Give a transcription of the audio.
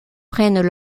prennent